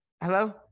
hello